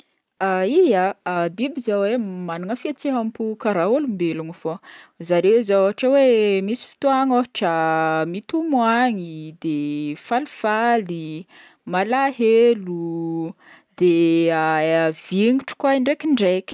Ya biby zao e magnana fihetseha-po karaha olombelogno fogna, zareo zao ôthatra hoe misy fotoagna ôhatra mitomoagny, de falifaly, malahelo de vignitry koa ndraikindraiky.